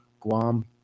Guam